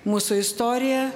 mūsų istorija